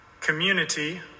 community